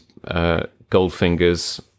Goldfinger's